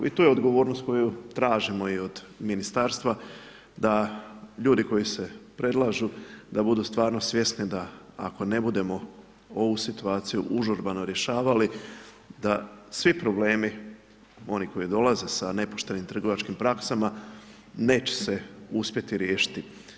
I tu je odgovornost koju tražimo i od ministarstva da ljudi koji se predlažu da budu stvarno svjesni da ako ne budemo ovu situaciju užurbano rješavali da svi problemi, oni koji dolaze sa nepoštenim trgovačkim praksama neće se uspjeti riješiti.